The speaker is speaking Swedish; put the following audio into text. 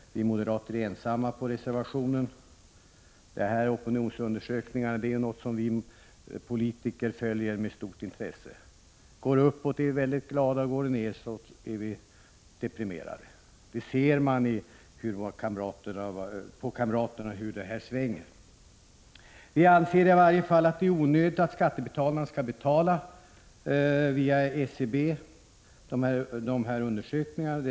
Vi moderater är ensamma om reservationen. Opinionsundersökningar är något som vi politiker följer med stort intresse. Går kurvan uppåt är vi glada, går den nedåt är vi deprimerade. Man ser på kamraterna hur opinionerna svänger. Vi anser att det är onödigt att skattebetalarna skall betala opinionsundersökningar via SCB.